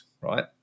right